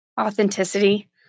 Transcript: Authenticity